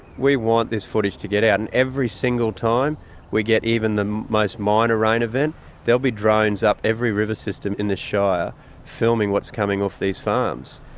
we want this footage to get out. and every single time we get even the most minor rain event there'll be drones up every river system in this shire filming what's coming off these farms.